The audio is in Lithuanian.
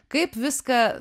kaip viską